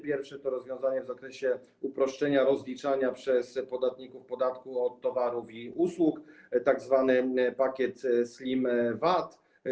Pierwsze to rozwiązanie w zakresie uproszczenia rozliczania przez podatników podatku od towarów i usług, tzw. pakiet slim VAT.